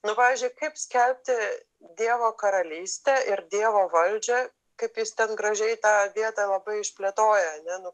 nu pavyzdžiui kaip skelbti dievo karalystę ir dievo valdžią kaip jis ten gražiai tą vietą labai išplėtoja ar ne